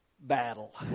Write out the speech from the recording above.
battle